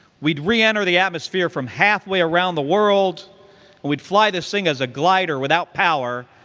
we'd re-enter the atmosphere from halfway around the world and we'd fly this thing as a glider without power,